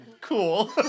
cool